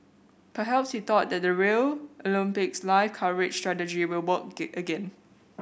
perhaps he thought that the Rio Olympics live coverage strategy will work gain again